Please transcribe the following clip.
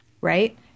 Right